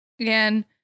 Again